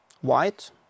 white